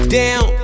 down